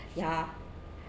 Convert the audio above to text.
ya